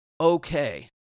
okay